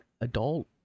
adult